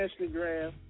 Instagram